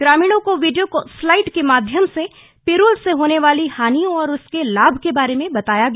ग्रामीणों को video slide के माध्यम से पिरूल से होने वाली हानियों और उसके लाभ के बारे में बताया गया